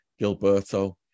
Gilberto